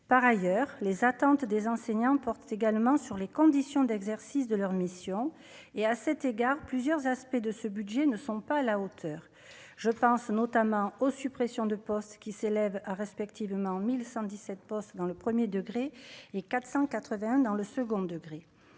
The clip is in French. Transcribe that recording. par ailleurs, les attentes des enseignants porte également sur les conditions d'exercice de leur mission et à cet égard, plusieurs aspects de ce budget ne sont pas à la hauteur, je pense notamment aux suppressions de postes qui s'élève à respectivement 1117 postes dans le 1er degré et 480 dans le second degré,